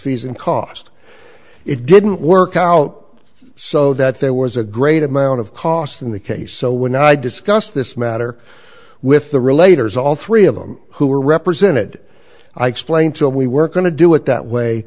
fees and cost it didn't work out so that there was a great amount of cost in the case so when i discussed this matter with the relator as all three of them who were represented i explained to him we weren't going to do it that way